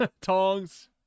tongs